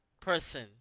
person